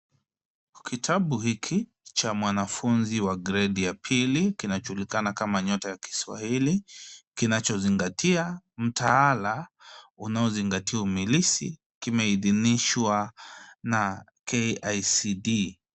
Kitabu hiki cha mwanafunzi wa gredi ya pili kinajulikana kama nyota ya kiswahili kinachozingatia mtaala unaozingatia umilisi kimeidhinishwa na KICD.